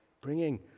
bringing